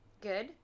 Good